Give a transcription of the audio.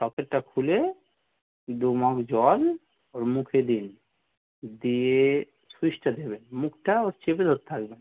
সকেটটা খুলে দু মগ জল ওর মুখে দিন দিয়ে সুইচটা দেবেন মুখটা ওর চেপে ধরে থাকবেন